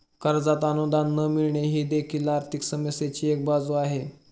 कर्जात अनुदान न मिळणे ही देखील आर्थिक समस्येची एक बाजू आहे